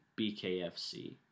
BKFC